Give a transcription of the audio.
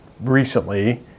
recently